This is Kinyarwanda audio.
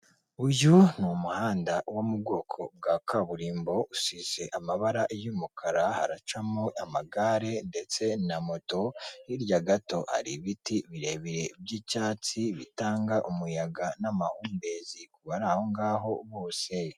Uyu umuhanda wo mu bwoko bwa kaburimbo usize amabara y'umukara haracamo amagare ndetse na moto, hirya gato hari ibiti birebire by'icyatsi bitanga umuyaga n'amahumbezi kubari aho ngaho bose.